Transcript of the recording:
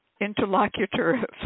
interlocutor